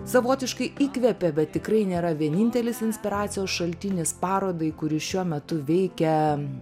savotiškai įkvepia bet tikrai nėra vienintelis inspiracijos šaltinis parodai kuri šiuo metu veikia